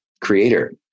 creator